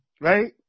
right